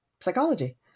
psychology